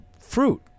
fruit